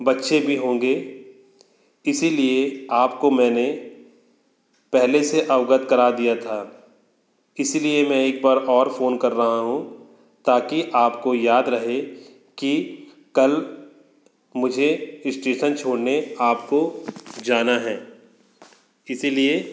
बच्चे भी होंगे इसलिए आपको मैंने पहले से अवगत करा दिया था इसीलिए मैं एक बार और फ़ोन कर रहा हूँ ताकि आपको याद रहे की कल मुझे स्टेशन छोड़ने आपको जाना है इसलिए